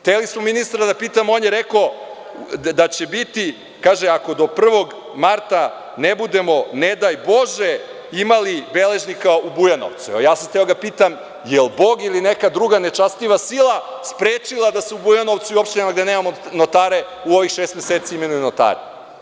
Hteli smo ministra da pitamo, on je rekao da će biti, kaže ako do 1. marta ne budemo, ne daj bože, imali beležnika u Bujanovcu, a ja sam hteo da ga pitam da li je Bog ili neka druga nečastiva sila sprečila da se u Bujanovcu i opštinama gde nemamo notare u ovih šest meseci imenuju notari?